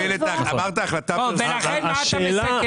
אמרת החלטה --- בוא, ולכן מה אתה מסכם?